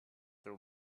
throw